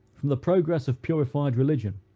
from the progress of purified religion,